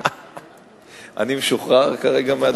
אני משוחרר כרגע מהדוכן?